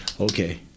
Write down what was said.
okay